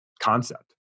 concept